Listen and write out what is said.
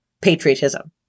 patriotism